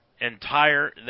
entire